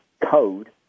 code